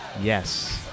Yes